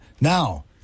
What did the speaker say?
Now